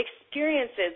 experiences